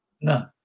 no